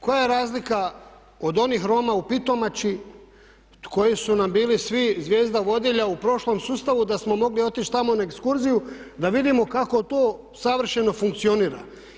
Koja je razlika od onih Roma u Pitomači koji su nam bili svi zvijezda vodilja u prošlom sustavu da smo mogli otići tamo na ekskurziju da vidimo kako to savršeno funkcionira.